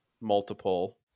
multiple